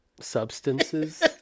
Substances